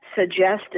suggested